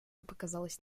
показалась